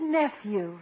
nephew